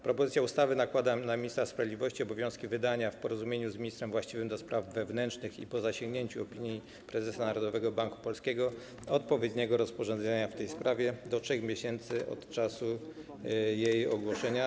Propozycja ustawy nakłada na ministra sprawiedliwości obowiązki wydania w porozumieniu z ministrem właściwym do spraw wewnętrznych, po zasięgnięciu opinii prezesa Narodowego Banku Polskiego, odpowiedniego rozporządzenia w tej sprawie do 3 miesięcy od czasu jej ogłoszenia.